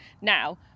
Now